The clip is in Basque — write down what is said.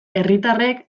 herritarrek